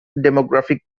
demographic